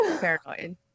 paranoid